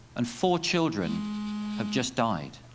and four children have just died.